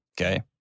Okay